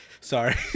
Sorry